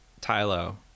Tylo